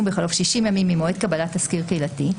בחלוף 60 ימים ממועד קבלת תסקיר קהילתי.